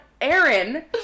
Aaron